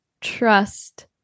trust